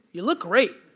you look great!